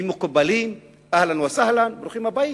הם מקובלים, אהלן וסהלן, ברוכים הבאים.